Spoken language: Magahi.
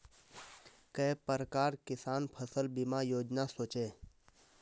के प्रकार किसान फसल बीमा योजना सोचें?